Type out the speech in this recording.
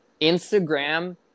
Instagram